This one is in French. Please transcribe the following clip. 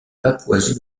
papouasie